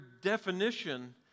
definition